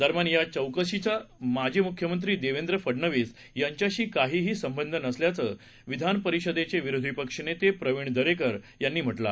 दरम्यान या चौकशीचा माजी मुख्यमंत्री देवेंद्र फडणवीस यांच्याशी काहीही संबंध नसल्याचं विधान परिषदेचे विरोधी पक्षनेते प्रवीण दरेकर यांनी म्हटलं आहे